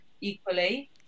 equally